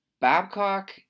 Babcock